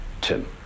Tim